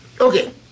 okay